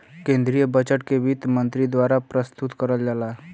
केन्द्रीय बजट के वित्त मन्त्री द्वारा प्रस्तुत करल जाला